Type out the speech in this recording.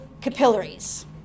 capillaries